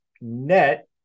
net